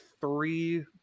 three